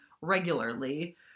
regularly